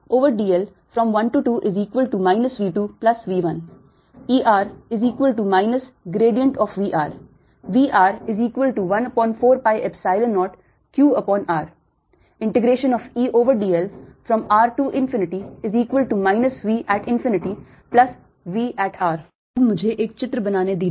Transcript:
12Edl V2V1 Er V Vr14π0qr rEdl VV तो अब मुझे एक चित्र बनाने दीजिए